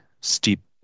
steep